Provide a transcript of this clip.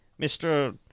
Mr